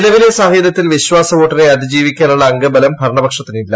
നിലവിലെ സാഹചര്യത്തിൽ വിശ്വാസവോട്ടിനെ അതിജീവിക്കാനുള്ള അംഗബലം ഭരണപക്ഷത്തിനില്ല